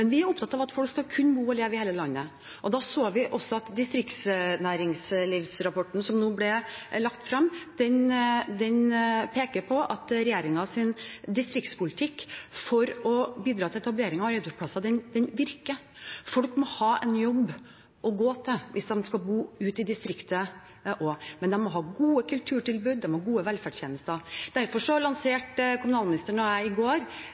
vi er opptatt av at folk skal kunne bo og leve i hele landet, og distriktsnæringslivsrapporten, som nå er lagt frem, peker på at regjeringens distriktspolitikk for å bidra til etablering av arbeidsplasser virker. Folk må ha en jobb å gå til hvis de skal bo ute i distriktet. Og de må ha gode kulturtilbud og gode velferdstjenester. Derfor lanserte kommunalministeren og jeg i går